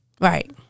Right